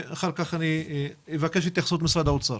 ואחר כך אבקש את התייחסות משרד האוצר.